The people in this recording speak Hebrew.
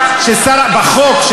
בחוק,